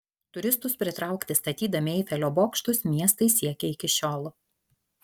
turistus pritraukti statydami eifelio bokštus miestai siekia iki šiol